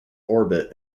orbit